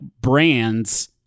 brands